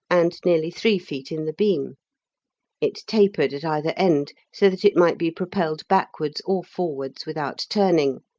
and nearly three feet in the beam it tapered at either end, so that it might be propelled backwards or forwards without turning,